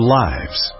lives